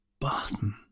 button